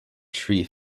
tree